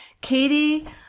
Katie